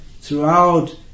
throughout